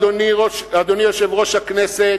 אדוני יושב-ראש הכנסת,